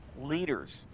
leaders